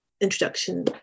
introduction